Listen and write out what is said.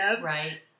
Right